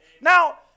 Now